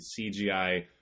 cgi